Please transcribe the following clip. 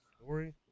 story